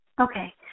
Okay